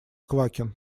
квакин